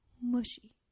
Mushy